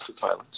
violence